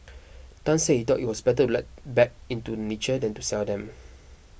Tan said he thought it was better to let back into nature than to sell them